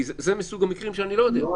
זה מסוג המקרים שאני לא יודע,